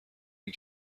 این